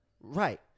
Right